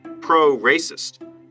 pro-racist